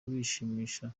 bishimisha